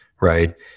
Right